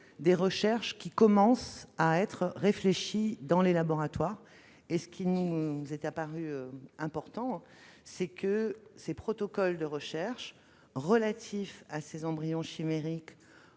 des recherches qui commencent à être envisagées dans les laboratoires. Aussi, il nous est apparu important que les protocoles de recherche relatifs à ces embryons chimériques